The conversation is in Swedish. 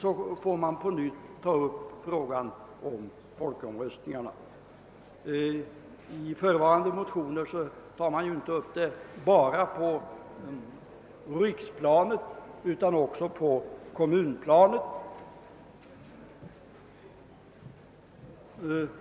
I motionerna begärs en utredning av frågan om införande av folkomröstningsinstitutet inte bara på riksplanet utan också på kommunalplanet.